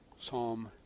Psalm